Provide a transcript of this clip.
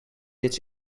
its